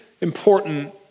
important